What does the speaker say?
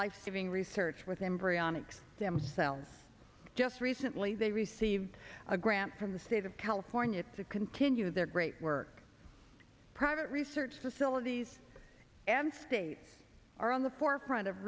saving research with embryonic stem cells just recently they received a grant from the state of california to continue their great work private research facilities and states are on the forefront of